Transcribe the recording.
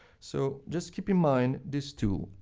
so, just keep in mind this, too.